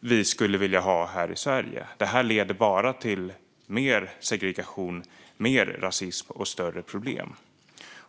vi skulle vilja ha här i Sverige. Det här leder bara till mer segregation, mer rasism och större problem.